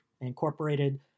incorporated